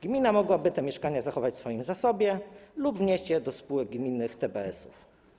Gmina mogłaby te mieszkania zachować w swoim zasobie lub wnieść je do spółek gminnych, TBS-ów.